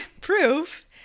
proof